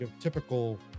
typical